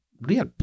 real